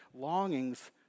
longings